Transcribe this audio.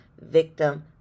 victim